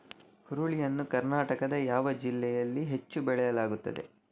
ಹುರುಳಿ ಯನ್ನು ಕರ್ನಾಟಕದ ಯಾವ ಜಿಲ್ಲೆಯಲ್ಲಿ ಹೆಚ್ಚು ಬೆಳೆಯಲಾಗುತ್ತದೆ?